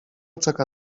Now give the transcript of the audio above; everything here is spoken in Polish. czeka